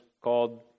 called